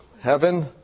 Heaven